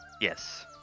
Yes